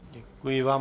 Děkuji vám.